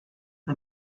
the